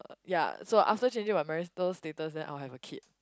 uh ya so after changing my marital status then I will have a kid